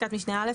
בפסקת משנה (א),